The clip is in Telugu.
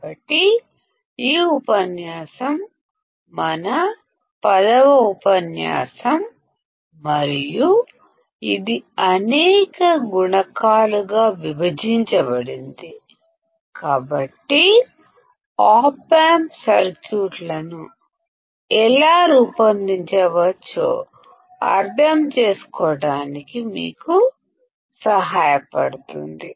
కాబట్టి ఈ ఉపన్యాసం మన 10 వ ఉపన్యాసం మరియు ఇది అనేక గుణకాలుగా విభజించబడింది కాబట్టిఆప్ ఆంప్ సర్క్యూట్లను ఎలా రూపొందించవచ్చో అర్థం చేసుకోవడానికి మీకు సహాయపడుతుంది